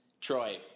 Troy